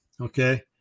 Okay